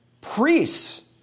priests